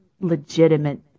legitimate